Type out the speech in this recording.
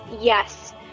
yes